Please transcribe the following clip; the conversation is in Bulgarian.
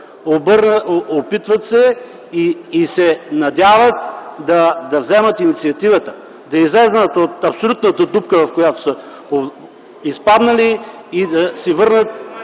Опитват се и се надяват да вземат инициативата, да излязат от абсолютната дупка, в която са изпаднали и да си върнат